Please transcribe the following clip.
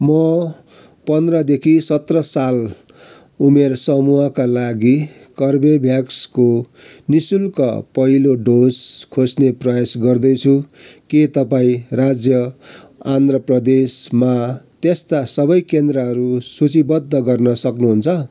म पन्ध्रदेखि सत्र साल उमेर समूहका लागि कर्बेभ्याक्सको नि शुल्क पहिलो डोज खोज्ने प्रयास गर्दैछु के तपाईँँ राज्य आन्ध्र प्रदेशमा त्यस्ता सबै केन्द्रहरू सूचीबद्ध गर्न सक्नुहुन्छ